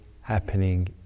happening